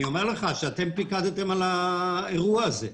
אני אומר לך שאתם פיקדתם על האירוע הזה.